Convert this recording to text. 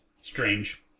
strange